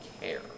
care